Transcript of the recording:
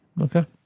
Okay